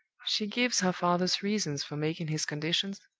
she gives her father's reasons for making his conditions,